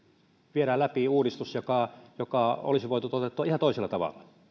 viedään läpi uudistus joka joka olisi voitu toteuttaa ihan toisella tavalla